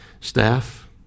staff